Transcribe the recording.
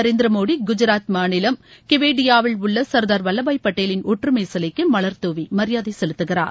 நரேந்திரமோடி குஜாத் மாநிலம் கெவேடியாவில் உள்ள சா்தார் வல்லபாய் பட்டேலின் ஒற்றுமை சிலைக்கு மலர் தூவி மரியாதை செலுத்துகிறார்